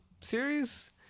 series